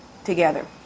together